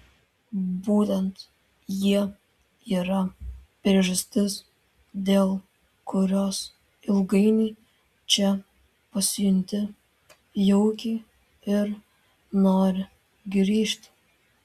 būtent jie yra priežastis dėl kurios ilgainiui čia pasijunti jaukiai ir nori grįžti